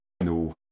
no